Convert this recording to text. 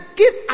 give